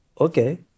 Okay